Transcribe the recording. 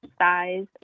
size